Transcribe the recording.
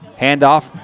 Handoff